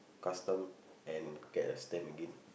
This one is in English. custom and get a stamp again